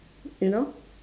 you know